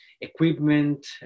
equipment